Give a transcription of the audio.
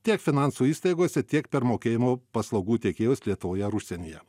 tiek finansų įstaigose tiek per mokėjimo paslaugų tiekėjus lietuvoje ar užsienyje